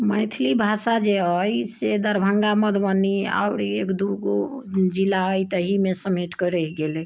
मैथिली भाषा जे अछि से दरभङ्गा मधुबनी आओर एक दू गो जिला हइ तऽ एहिमे समेटके रहैत गेलै